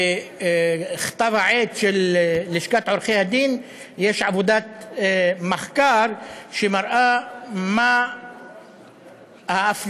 בכתב העת של לשכת עורכי-הדין יש עבודת מחקר שמראה מה ההפליה,